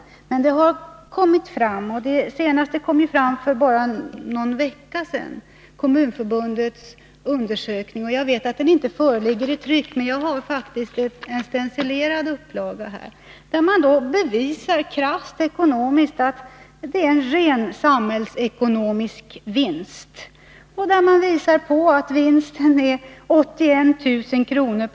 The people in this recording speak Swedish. Men det har kommit fram, senast för bara någon vecka sedan, i Kommunförbundets undersökning. Jag vet att den inte föreligger i tryck, men jag har faktiskt en stencilerad upplaga av den här. Där bevisar man, krasst ekonomiskt, att det är en ren samhällsekonomisk vinst. Man visar på att vinsten är 81 000 kr.